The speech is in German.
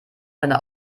seine